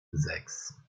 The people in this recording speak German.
sechs